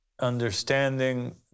understanding